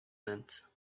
meant